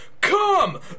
come